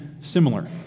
similar